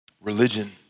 Religion